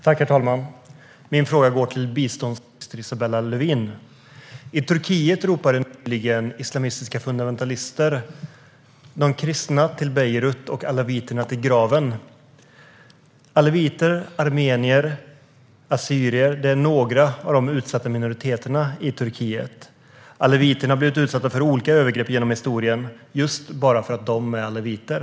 Herr talman! Min fråga går till biståndsminister Isabella Lövin. I Turkiet ropade nyligen islamistiska fundamentalister: De kristna till Beirut och alawiterna till graven! Alawiter, armenier och assyrier är några av de utsatta minoriteterna i Turkiet. Alawiterna har blivit utsatta för olika övergrepp genom historien just bara för att de är alawiter.